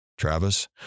Travis